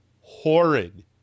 horrid